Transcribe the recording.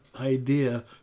idea